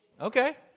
Okay